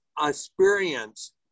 experience